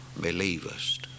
believest